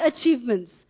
achievements